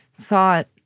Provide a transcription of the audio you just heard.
thought